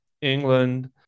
England